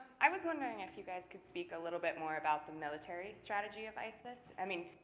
i was wondering if you guys could speak a little bit more about the military strategy of isis. i mean,